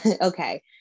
okay